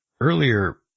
Earlier